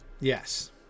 Yes